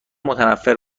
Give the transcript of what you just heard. متنفر